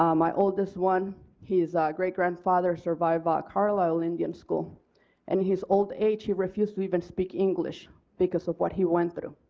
um my oldest one he is a great grandfather, survived but carlisle indian school and in his old age he refuse to even speak english because of what he went through.